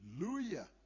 Hallelujah